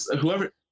whoever